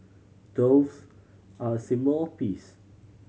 doves are a symbol of peace